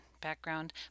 background